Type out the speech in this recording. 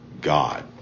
God